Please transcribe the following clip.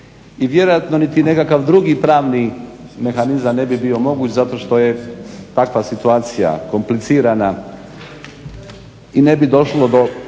I vjerojatno niti nekakav drugi pravni mehanizam ne bi bio moguć zato što je takva situacija komplicirana i ne bi došlo do